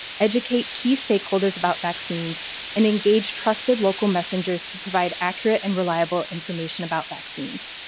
educate key stakeholders about vaccines and engage trusted local messengers to provide accurate and reliable information about vaccines.